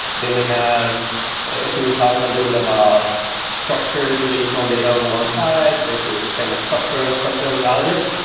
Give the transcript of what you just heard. they may have i think we talked a little about structured relational data on one side, versus semi structured and structured on the other.